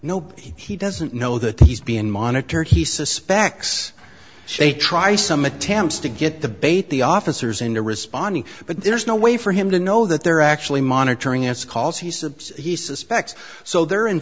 no he doesn't know that he's being monitored he suspects they try some attempts to get the bait the officers into responding but there's no way for him to know that they're actually monitoring its calls he said he suspects so they're